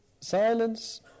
silence